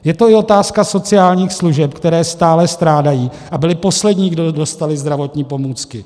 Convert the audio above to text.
Je to i otázka sociálních služeb, které stále strádají a byly poslední, kdo dostaly zdravotní pomůcky.